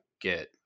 get